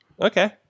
Okay